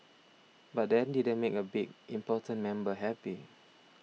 but that didn't make a big important member happy